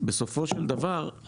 בסופו של דבר,